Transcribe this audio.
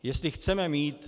Jestli chceme mít...